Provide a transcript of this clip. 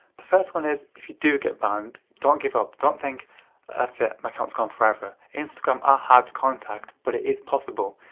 the first one is if you do get banned, don't give up, don't think ah that's it! my accounts gone forever, instagram are hard to contact but it is possible.